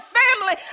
family